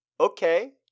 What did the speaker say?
Okay